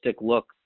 look